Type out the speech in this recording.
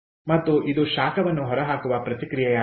ಮತ್ತು ಇದು ಶಾಖವನ್ನು ಹೊರ ಹಾಕುವ ಪ್ರತಿಕ್ರಿಯೆಯಾಗಿದೆ